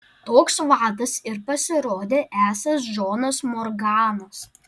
toks vadas ir pasirodė esąs džonas morganas